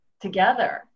together